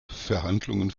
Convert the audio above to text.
verhandlungen